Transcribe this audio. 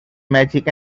magic